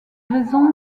raisons